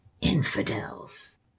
infidels